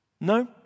No